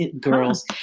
girls